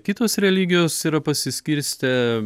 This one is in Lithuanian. kitos religijos yra pasiskirstę